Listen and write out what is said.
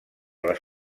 les